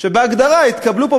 שבהגדרה התקבלו פה,